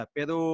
Pero